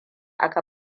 aka